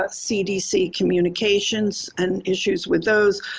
ah cdc communications and issues with those,